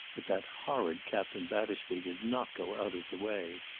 but that horrid captain battersby did not go out of the way.